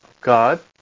God